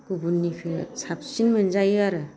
गुबुननिखौ साबसिन मोनजायो आरो